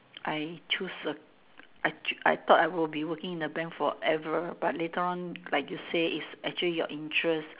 I choose a I ch~ I thought I will be working in a bank forever but later on like you say it's actually your interest